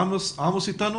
עמוס איתנו?